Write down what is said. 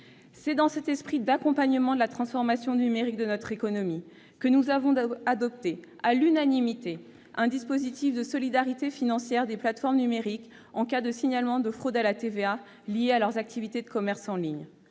C'est dans cet esprit d'accompagnement de la transformation numérique de notre économie que nous avons adopté à l'unanimité un dispositif de solidarité financière des plateformes numériques en cas de signalement de fraude à la TVA liée à leurs activités de commerce en ligne.